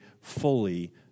fully